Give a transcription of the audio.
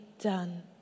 done